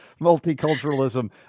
Multiculturalism